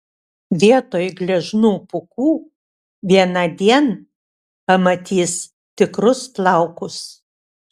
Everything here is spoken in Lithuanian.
vietoj gležnų pūkų vienądien pamatys tikrus plaukus